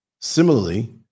Similarly